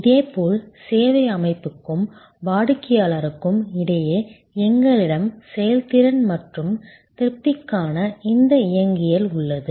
இதேபோல் சேவை அமைப்புக்கும் வாடிக்கையாளருக்கும் இடையே எங்களிடம் செயல்திறன் மற்றும் திருப்திக்கான இந்த இயங்கியல் உள்ளது